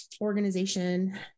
organization